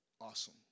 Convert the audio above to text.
awesome